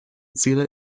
ziele